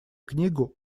книгу